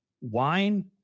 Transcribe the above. wine